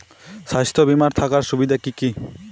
স্বাস্থ্য বিমা থাকার সুবিধা কী কী?